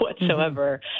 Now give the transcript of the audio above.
whatsoever